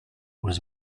was